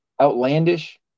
outlandish